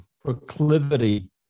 proclivity